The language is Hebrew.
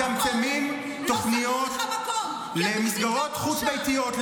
מצמצמים תוכניות למסגרות חוץ-ביתיות.